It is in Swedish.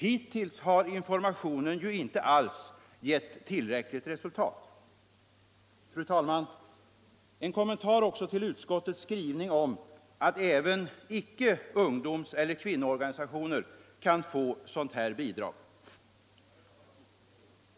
Hittills har informationen ju inte alls gett tillräckligt resultat. Fru talman! En kommentar också till utskottets skrivning om att även icke ungdomseller kvinnoorganisationer kan få sådant här bidrag.